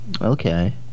Okay